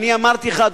אמרתי לך,